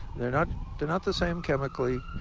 they're not the not the same chemically,